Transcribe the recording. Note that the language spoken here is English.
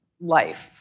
life